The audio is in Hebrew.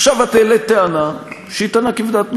את העלית טענה שהיא טענה כבדת משקל.